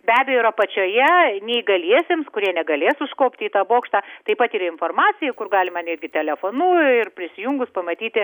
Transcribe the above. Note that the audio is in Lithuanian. be abejo ir apačioje neįgaliesiems kurie negalės užkopti į tą bokštą taip pat ir informacija kur galima netgi telefonu ir prisijungus pamatyti